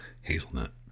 hazelnut